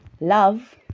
love